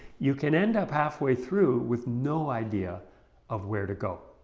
you can end up halfway through with no idea of where to go.